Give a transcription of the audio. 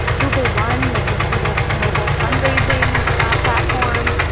google one which is google's mobile fundraising platform,